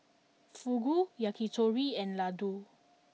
Fugu Yakitori and Ladoo